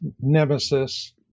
Nemesis